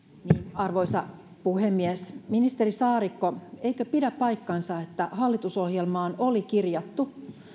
arvoisa puhemies ministeri saarikko eikö pidä paikkaansa että hallitusohjelmaan oli kirjattu